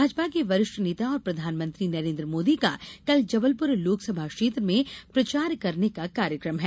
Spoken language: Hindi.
भाजपा के वरिष्ठ नेता और प्रधानमंत्री नरेन्द्र मोदी का कल जबलपुर लोकसभा क्षेत्र में प्रचार करने का कार्यक्रम है